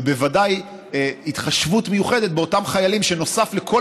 ובוודאי התחשבות מיוחדת באותם חיילים שנוסף לכל